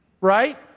right